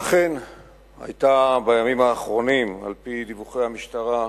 אכן היתה בימים האחרונים, על-פי דיווחי המשטרה,